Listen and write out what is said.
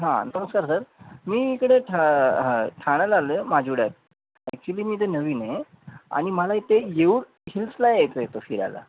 हां नमस्कार सर मी इकडे ठा ह ठाण्याला आलो आहे माझिवड्यात ॲक्च्युली मी इथे नवीन आहे आणि मला इथे येऊर हिल्सला यायचे तर फिरायला